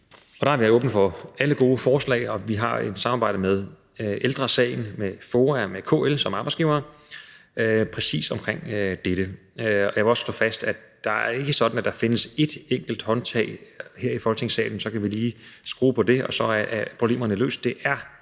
der er vi åbne for alle gode forslag, og vi har et samarbejde med Ældre Sagen, med FOA og med KL som arbejdsgivere præcis omkring dette. Jeg vil også slå fast, at det ikke er sådan, at der findes ét enkelt håndtag her i Folketingssalen, som vi lige kan skrue på, og så er problemerne løst. Det er